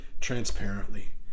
transparently